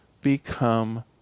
become